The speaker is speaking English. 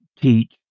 teach